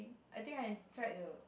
I think I tried the